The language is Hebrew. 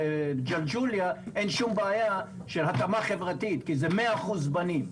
בג'לג'וליה אין שום בעיה של התאמה חברתית כי זה 100% בנים.